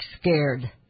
scared